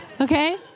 Okay